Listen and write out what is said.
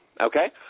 okay